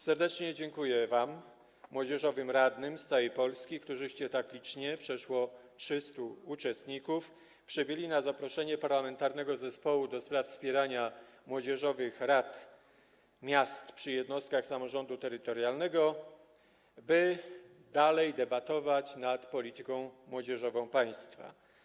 Serdecznie dziękuję wam, młodzieżowym radnym z całej Polski, którzy tak licznie - przeszło 300 uczestników - przybyliście na zaproszenie Parlamentarnego Zespołu ds. Wspierania Młodzieżowych Rad przy Jednostkach Samorządu Terytorialnego, by dalej debatować nad polityką młodzieżową państwa.